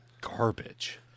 garbage